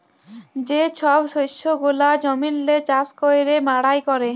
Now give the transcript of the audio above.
যে ছব শস্য গুলা জমিল্লে চাষ ক্যইরে মাড়াই ক্যরে